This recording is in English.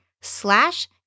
slash